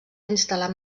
instal·lar